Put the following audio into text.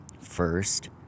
first